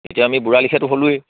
এতিয়া আমি বুঢ়া লেখিয়াটো হ'লোৱেই